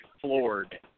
floored